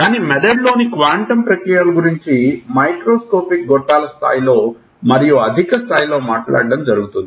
కానీ మెదడులోని క్వాంటం ప్రక్రియల గురించి మైక్రోస్కోపిక్ గొట్టాల స్థాయిలో మరియు అధిక స్థాయిలో మాట్లాడడం జరిగింది